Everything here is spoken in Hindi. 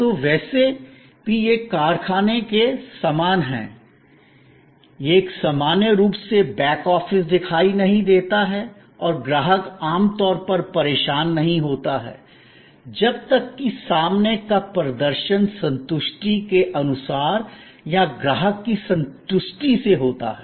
तो वैसे भी यह कारखाने के समान है और यह कि सामान्य रूप से बैक ऑफिस दिखाई नहीं देता है और ग्राहक आमतौर पर परेशान नहीं होता है जब तक कि सामने का प्रदर्शन संतुष्टि के अनुसार या ग्राहक की संतुष्टि से होता है